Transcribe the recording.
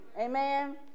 Amen